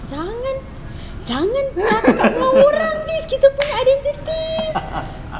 jangan jangan cakap dengan orang please kita punya identiti